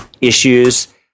issues